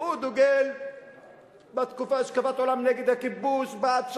הוא דוגל בהשקפת עולם נגד הכיבוש, בעד שלום,